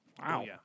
Wow